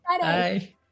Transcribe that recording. bye